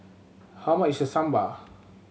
how much is Sambar